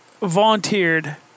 volunteered